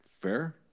Fair